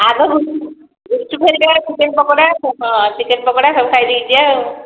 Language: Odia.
ଆଗ ଗୁପଚୁପ ଗୁପଚୁପ ହେରିକା ଚିକେନ ପକୋଡ଼ା ଚିକେନ ପକୋଡ଼ା ସବୁ ଖାଇ ଦେଇ ଯିବା ଆଉ